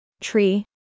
Tree